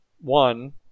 one